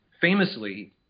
famously